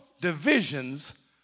divisions